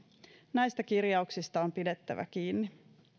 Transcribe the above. näistä kirjauksista on pidettävä kiinni